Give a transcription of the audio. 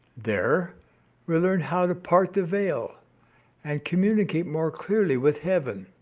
there we learn how to part the veil and communicate more clearly with heaven.